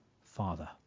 father